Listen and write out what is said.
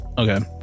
Okay